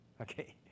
Okay